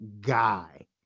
guy